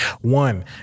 One